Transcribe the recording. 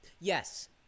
Yes